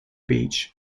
beach